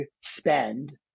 spend